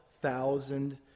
thousand